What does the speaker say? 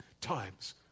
times